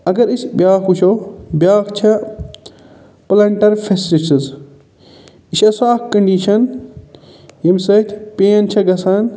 اگر أسۍ بیاکھ وُچھَو بیاکھ چھےٚ پُلَنٹَر فِسٹِچِز یہِ چھےٚ سۄ اَکھ کَنڈیٖشَن ییٚمہِ سۭتۍ پین چھےٚ گژھان